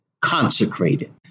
consecrated